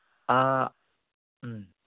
ꯑꯥ ꯎꯝ